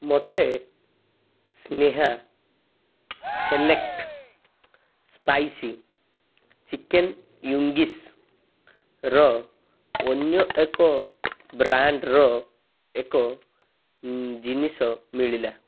ମୋତେ Sneha select spicy chicken ୱିଙ୍ଗ୍ସ୍ର ଅନ୍ୟ ଏକ ବ୍ରାଣ୍ଡ୍ର ଏକ ଜିନିଷ ମିଳିଲା